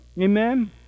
Amen